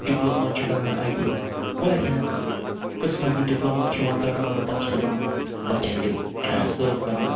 diploma چھِ کَران اَتہِ واریاہَن قٕسمَن ہِنٛد ڈِپلوما چھِ یِوان کَرناونہٕ پَتہٕ چھِ تِمَن بَچَن تِم سٔرٕو کَران